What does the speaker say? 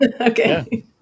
Okay